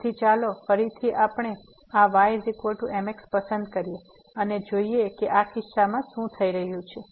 તેથી ચાલો ફરીથી આ y mx પસંદ કરીએ અને જોઈએ કે આ કિસ્સામાં શું થઈ રહ્યું છે